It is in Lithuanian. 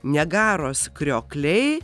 niagaros kriokliai